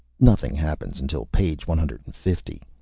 nothing happens until page one hundred and fifty.